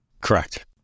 Correct